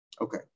Okay